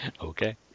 okay